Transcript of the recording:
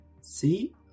See